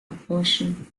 abortion